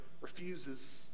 refuses